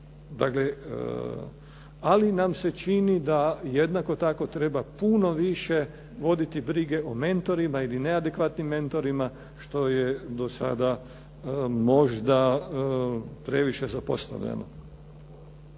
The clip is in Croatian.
ali nam se čini da jednako tako treba puno više voditi brige o mentorima ili neadekvatnim mentorima što je do sada možda previše zapostavljano.